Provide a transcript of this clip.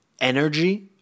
energy